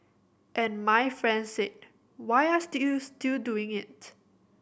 and my friend said why are still still doing it